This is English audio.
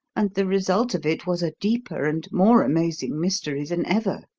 and the result of it was a deeper and more amazing mystery than ever.